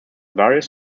various